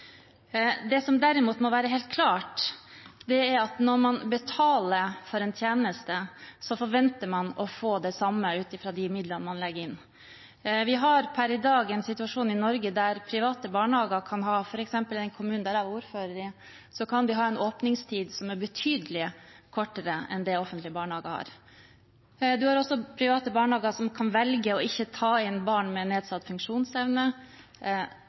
Det som derimot må være helt klart, er at når man betaler for en tjeneste, forventer man å få det samme ut av de midlene man legger inn. Vi har per i dag en situasjon i Norge der private barnehager, f.eks. i den kommunen der jeg var ordfører, kan ha en åpningstid som er betydelig kortere enn det offentlige barnehager har. Man har også private barnehager som kan velge ikke å ta inn barn med nedsatt funksjonsevne.